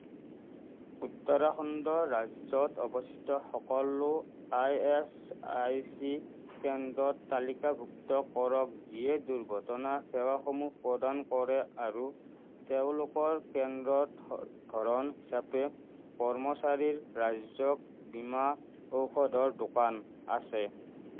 উত্তৰাখণ্ড ৰাজ্যত অৱস্থিত সকলো ই এচ আই চি কেন্দ্ৰ তালিকাভুক্ত কৰক যিয়ে দুৰ্ঘটনা সেৱাসমূহ প্ৰদান কৰে আৰু তেওঁলোকৰ কেন্দ্ৰৰ ধৰণ হিচাপে কৰ্মচাৰীৰ ৰাজ্যিক বীমা ঔষধৰ দোকান আছে